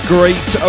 Great